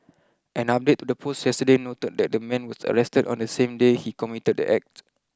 an update to the post yesterday noted that the man was arrested on the same day he committed the act